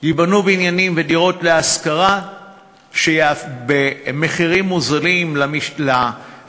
ייבנו בניינים ודירות להשכרה במחירים מוזלים לשוכרים,